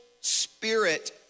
spirit